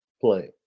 playing